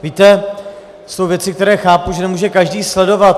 Víte, jsou věci, které chápu, že nemůže každý sledovat.